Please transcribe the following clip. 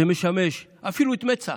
זה משמש אפילו את מצ"ח,